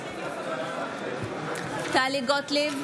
בעד טלי גוטליב,